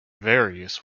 various